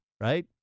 right